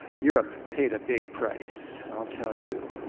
europe paid a big price, i'll tell you.